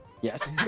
Yes